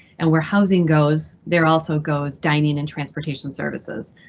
and where housing goes, there also goes dining and transportation services.